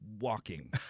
walking